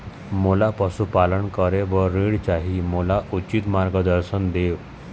मोला पशुपालन करे बर ऋण चाही, मोला उचित मार्गदर्शन देव?